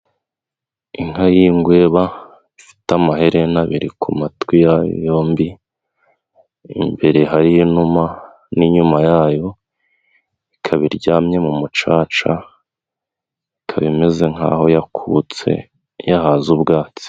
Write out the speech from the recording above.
Inka y'ingweba ifite amaherena abiri ku matwi yayo yombi imbere hariho inuma n'inyuma yayo, ikaba iryamye mu mucaca ikaba imeze nk'aho yakutse yahaze ubwatsi.